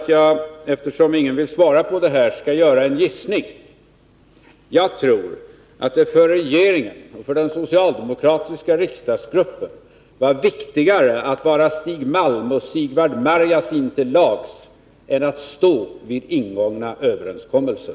Eftersom ingen vill svara på det här, skall jag göra en gissning. Jag tror att det för regeringen och den socialdemokratiska riksdagsgruppen var viktigare att vara Stig Malm och Sigvard Marjasin till lags än att stå fast vid ingångna överenskommelser.